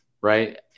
Right